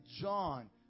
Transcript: John